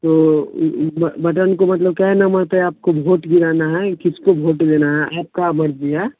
तो बटन को मतलब क्या है ना बोलते आपको भोट गिराना है किसको भोट देना है आपका मर्ज़ी है